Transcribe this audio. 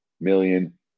million